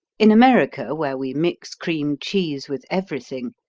in america, where we mix cream cheese with everything,